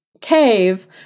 cave